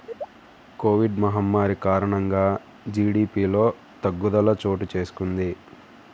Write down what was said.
Covid మహమ్మారి కారణంగా జీడీపిలో తగ్గుదల చోటుచేసుకొంది